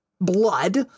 blood